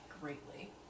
greatly